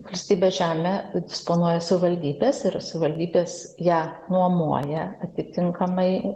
valstybės žeme disponuoja savivaldybės ir savivaldybės ją nuomoja atitinkamai